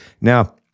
Now